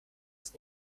das